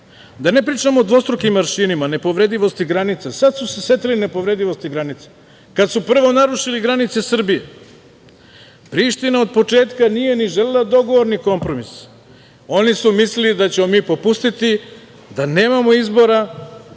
ne pričam o dvostrukim aršinima, nepovredivosti granica. Sad su se setili nepovredivosti granica, kad su prvo narušili granice Srbije. Priština od početka nije ni želela ni dogovor ni kompromis. Oni su mislili da ćemo mi popustiti, da nemamo izbora,